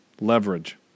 leverage